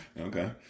Okay